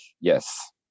Yes